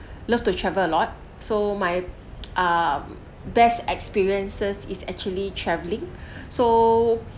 love to travel a lot so my um best experiences is actually travelling so